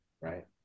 right